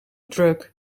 drug